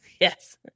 Yes